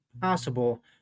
possible